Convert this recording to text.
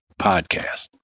podcast